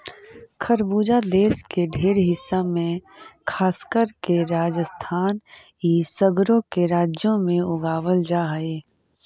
खरबूजा देश के ढेर हिस्सा में खासकर के राजस्थान इ सगरो के राज्यों में उगाबल जा हई